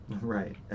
right